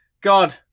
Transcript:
God